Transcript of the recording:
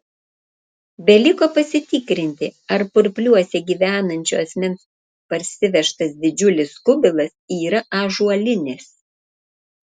beliko pasitikrinti ar purpliuose gyvenančio asmens parsivežtas didžiulis kubilas yra ąžuolinis